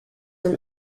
from